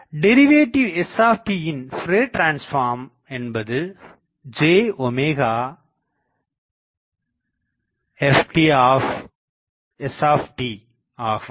derivative s யின் Fourier transform என்பது j Ft s ஆகும்